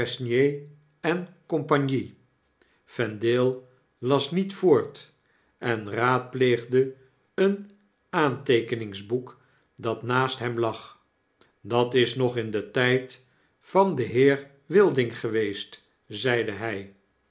en cie vendale las niet voort en raadpleegde een aanteekeningsboek dat naast hem lag dat is nog in den tyd vandenheer wilding geweest zeide hij